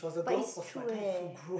but is true eh